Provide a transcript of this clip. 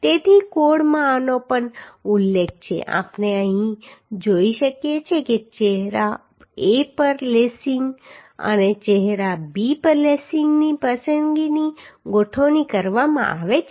તેથી કોડમાં આનો પણ ઉલ્લેખ છે આપણે અહીં જોઈ શકીએ છીએ કે ચહેરા A પર લેસિંગ અને ચહેરા B પર લેસિંગની પસંદગીની ગોઠવણી કરવામાં આવી છે